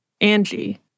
Angie